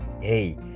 hey